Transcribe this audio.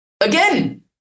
again